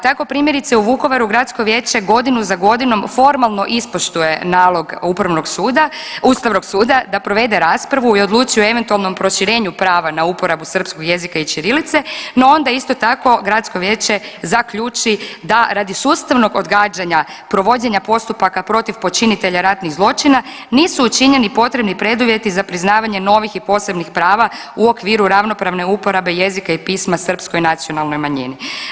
Tako primjerice u Vukovaru gradsko vijeće godinu za godinom formalno ispoštuje nalog ustavnog suda da provede raspravu i odluči o eventualnom proširenju prava na uporabu srpskog jezika i ćirilice no onda isto tako gradsko vijeće zaključi da radi sustavnog odgađanja provođenja postupaka protiv počinitelja ratnih zločina nisu učinjeni potrebni preduvjeti za priznavanje novih i posebnih prava u okviru ravnopravne uporabe jezika i pisma srpskoj nacionalnoj manjini.